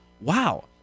wow